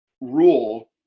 rule